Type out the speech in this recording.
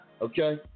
Okay